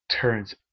turns